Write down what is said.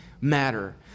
matter